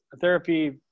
therapy